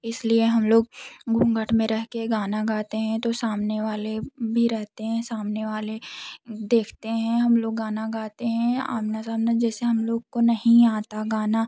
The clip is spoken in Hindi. इस लिए हम लोग घूँघट में रह कर गाना गाते हैं तो सामने वाले भी रहते हैं सामने वाले देखते हैं हम लोग गाना गाते हैं अमाना सामना जैसे हम लोग को नहीं आता गाना